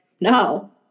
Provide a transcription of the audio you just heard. no